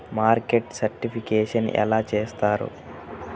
Market certification ఎలా చేస్తారు?